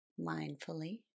mindfully